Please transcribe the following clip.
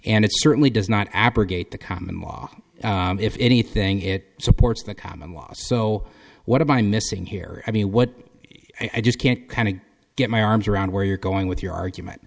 and it certainly does not abrogate the common law if anything it supports the common law so what am i missing here i mean what i just can't get my arms around where you're going with your argument